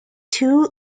two